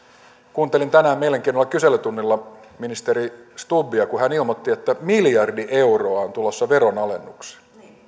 kuuntelin tänään mielenkiinnolla kyselytunnilla ministeri stubbia kun hän ilmoitti että miljardi euroa on tulossa veronalennuksia